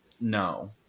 no